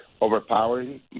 overpowering